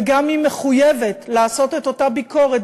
וגם היא מחויבת לעשות את אותה ביקורת,